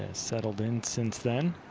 and settled in since then.